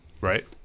Right